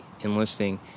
enlisting